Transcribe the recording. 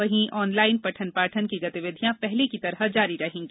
वहीं ऑनलाइन पठनपाठन की गतिविधियां पहले की तरह जारी रहेंगी